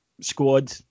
squad